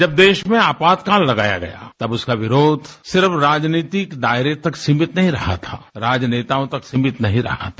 जब देश में आपातकाल लगाया गया तब उसका विरोध सिर्फ राजनितिक दायरे तक सीमित नहीं रहा था राजनेताओं तक सीमित नहीं रहा था